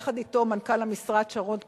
יחד אתו, מנכ"ל המשרד שרון קדמי,